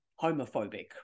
homophobic